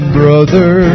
brother